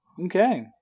Okay